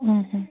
ಹ್ಞೂ ಹ್ಞೂ